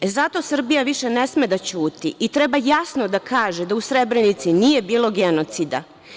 Zato Srbija više ne sme da ćuti i treba jasno da kaže da u Srebrenici nije bilo genocida.